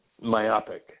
myopic